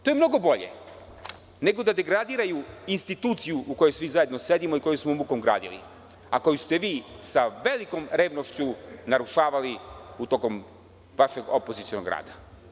To je mnogo bolje nego da degradiraju instituciju u kojoj svi zajedno sedimo i kojom smo mukom gradili, a koju ste vi sa velikom vrednošću narušavali tokom vašeg opozicionog rada.